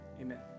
amen